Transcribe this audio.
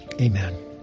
Amen